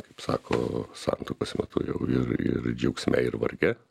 kaip sako santuokos metu jau ir ir džiaugsme ir varge